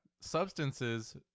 substances